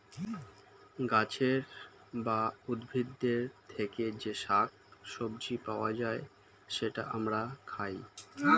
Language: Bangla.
গাছের বা উদ্ভিদের থেকে যে শাক সবজি পাওয়া যায়, সেটা আমরা খাই